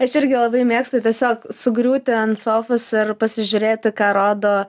aš irgi labai mėgstu tiesiog sugriūti ant sofos ir pasižiūrėti ką rodo